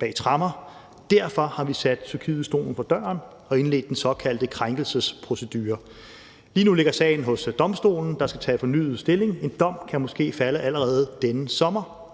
bag tremmer. Derfor har vi sat Tyrkiet stolen for døren og indledt den såkaldte krænkelsesprocedure. Lige nu ligger sagen hos domstolen, der skal tage fornyet stilling. En dom kan måske falde allerede denne sommer.